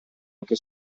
anche